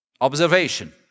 observation